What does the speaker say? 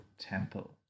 temple